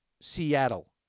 Seattle